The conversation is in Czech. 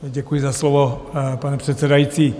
Děkuji za slovo, pane předsedající.